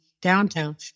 downtown